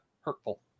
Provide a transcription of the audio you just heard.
Hurtful